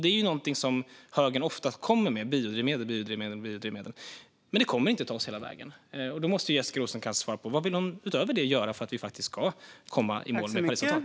Det är någonting som högern ofta kommer med - biodrivmedel, biodrivmedel och biodrivmedel - men det kommer inte att ta oss hela vägen. Därför måste Jessica Rosencrantz svara på vad hon utöver det vill göra för att vi ska komma i mål med Parisavtalet?